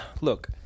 Look